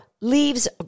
Leaves